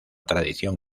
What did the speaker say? tradición